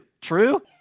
true